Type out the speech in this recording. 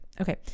Okay